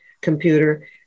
computer